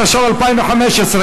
התשע"ו 2015,